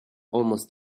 almost